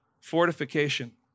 Fortification